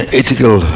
ethical